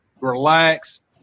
relax